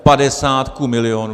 Padesát ku milionu.